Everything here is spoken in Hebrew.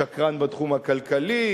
שקרן בתחום הכלכלי,